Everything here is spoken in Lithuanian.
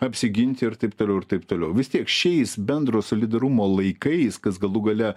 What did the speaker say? apsiginti ir taip toliau ir taip toliau vis tiek šiais bendro solidarumo laikais kas galų gale